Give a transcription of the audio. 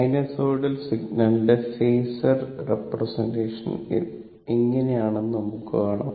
sinusoidal സിഗ്നലിന്റെ phasor representation എങ്ങിനെയാണെന്ന് നമുക്ക് കാണാം